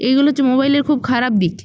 এইগুলো হচ্ছে মোবাইলের খুব খারাপ দিক